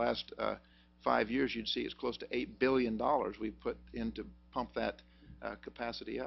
last five years you'd see is close to eight billion dollars we've put in to pump that capacity